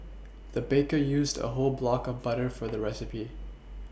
the baker used a whole block of butter for the recipe